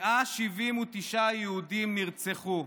179 יהודים נרצחו,